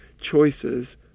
choices